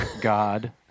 God